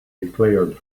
declared